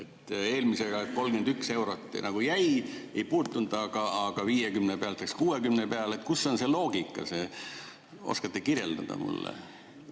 Eelmisega ehk 31 eurot nagu jäi, ei muutunud, aga 50 pealt läks 60 peale. Kus on see loogika? Oskate kirjeldada mulle?